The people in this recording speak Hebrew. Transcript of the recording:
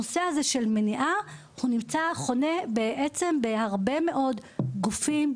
הנושא של מניעה הוא נמצא חונה בהרבה מאוד גופים,